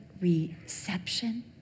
reception